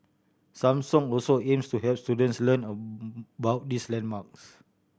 Samsung also aims to help students learn about these landmarks